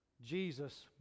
Jesus